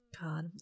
God